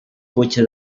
puig